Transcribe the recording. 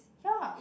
ya